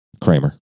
Kramer